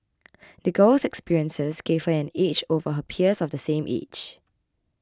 the girl's experiences gave her an edge over her peers of the same age